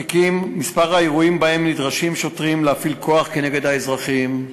מספר האירועים שבהם נדרשים שוטרים להפעיל כוח נגד אזרחים,